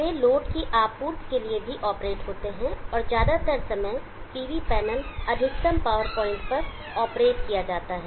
वे load की आपूर्ति करने के लिए भी ऑपरेट होते हैं और ज्यादातर समय PV पैनल अधिकतम पावर पॉइंट पर ऑपरेट किया जाता है